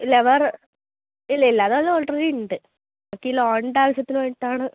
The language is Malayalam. ഇല്ലാ വേറെ ഇല്ല ഇല്ല അതെല്ലാം ആൾറെഡി ഉണ്ട് നമുക്ക് ഈ ലോണിൻ്റെ ആവശ്യത്തിന് വേണ്ടിയിട്ടാണ്